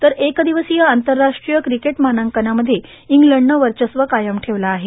तर एक दिवसीय आंतरराष्ट्रीय क्रिकेट मानांकनांमध्ये इंग्लंडनं वर्चस्व कायम ठेवलं आहे